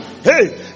Hey